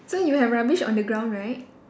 so you have rubbish on the ground right